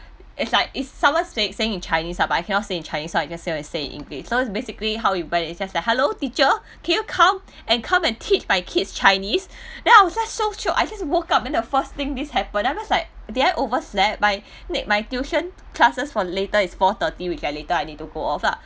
is like is someone s~ saying saying in chinese lah but I cannot say in chinese lah so I will just say will say in english so is basically how it went it's just like hello teacher can you come and come and teach my kids chinese then I was like so shock I just woke up then the first thing this happen and I was like did I over slept my n~ my tuition classes for later is four thirty which I later I need to go off lah